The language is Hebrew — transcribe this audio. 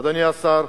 אדוני השר,